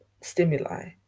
stimuli